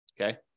Okay